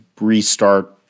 restart